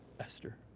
Esther